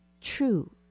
true